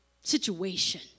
situation